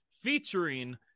featuring